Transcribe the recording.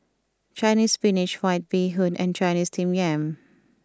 Chinese Spinach White Bee Hoon and Chinese Steamed Yam